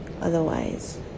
otherwise